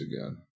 again